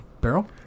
barrel